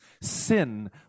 sin